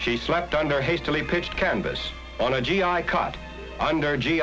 she slept under hastily pitched canvas on a g i cut under g